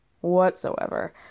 Whatsoever